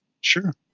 sure